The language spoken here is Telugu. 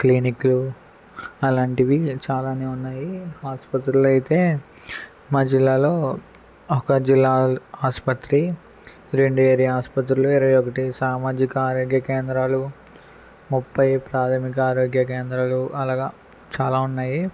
క్లినిక్లు అలాంటివి చాలానే ఉన్నాయి ఆసుపత్రులు అయితే మా జిల్లాలో ఒక జిల్లా ఆసుపత్రి రెండు ఏరియా ఆసుపత్రులు ఇరవై ఒకటి సామాజిక ఆరోగ్య కేంద్రాలు ముప్పై ప్రాథమిక ఆరోగ్య కేంద్రాలు అలాగా చాలా ఉన్నాయి